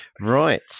Right